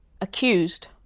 accused